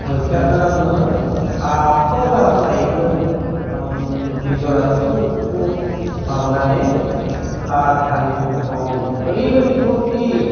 मोरखियाखोनो आङो साबबा गाहाम लायोमोन आं निज'रा खिथु खिथु माबानानै खाद हालेवोमोन ओरैबादि फुरथि